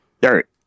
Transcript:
dirt